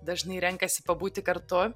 dažnai renkasi pabūti kartu